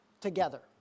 together